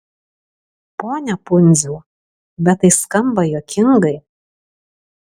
pone pundziau bet tai skamba juokingai